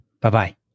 Bye-bye